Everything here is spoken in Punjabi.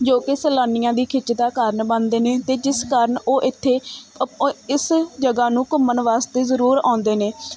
ਜੋ ਕਿ ਸੈਲਾਨੀਆਂ ਦੀ ਖਿੱਚ ਦਾ ਕਾਰਨ ਬਣਦੇ ਨੇ ਅਤੇ ਜਿਸ ਕਾਰਨ ਉਹ ਇੱਥੇ ਇਸ ਜਗ੍ਹਾ ਨੂੰ ਘੁੰਮਣ ਵਾਸਤੇ ਜ਼ਰੂਰ ਆਉਂਦੇ ਨੇ